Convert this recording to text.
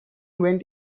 went